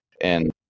And-